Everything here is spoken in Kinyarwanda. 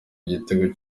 igitego